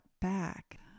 back